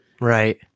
Right